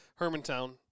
Hermantown